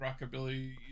rockabilly